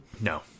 No